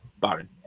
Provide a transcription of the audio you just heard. Baron